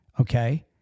okay